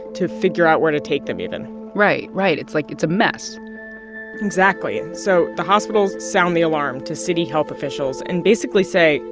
to figure out where to take them, even right. right. it's like it's a mess exactly. and so the hospitals sound the alarm to city health officials and basically say,